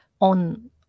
on